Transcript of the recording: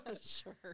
sure